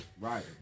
Right